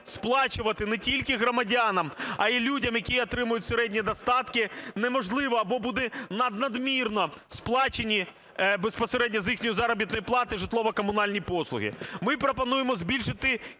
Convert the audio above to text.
сплачувати не тільки громадянам, а і людям, які отримують середні достатки, неможливо або будуть надмірно сплачені безпосередньо з їхньої заробітної плати житлово-комунальні послуги. Ми пропонуємо збільшити